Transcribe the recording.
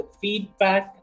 feedback